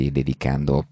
dedicando